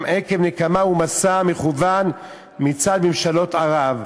עקב נקמה ומסע מכוון מצד ממשלות ערב,